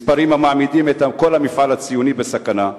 אלה מספרים המעמידים את כל המפעל הציוני בסכנה.